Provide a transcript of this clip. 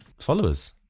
followers